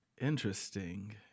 interesting